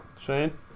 Shane